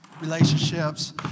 relationships